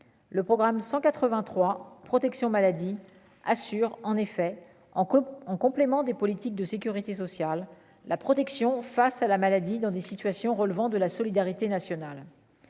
le programme 183 protection maladie assure en effet en en complément des politiques de sécurité sociale, la protection face à la maladie dans des situations relevant de la solidarité nationale,